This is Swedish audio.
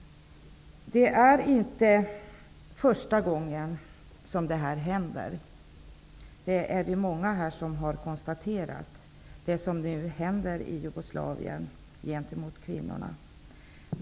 Många har här konstaterat att det som nu händer i Jugoslavien gentemot kvinnorna inte inträffar för första gången.